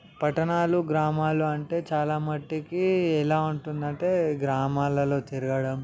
పట్టణాలు గ్రామాలు అంటే చాలా మట్టికి ఎలా ఉంటుంది అంటే గ్రామాలలో తిరగడం